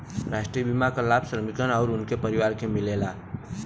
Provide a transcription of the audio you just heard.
राष्ट्रीय बीमा क लाभ श्रमिकन आउर उनके परिवार के मिलेला